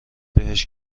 بهش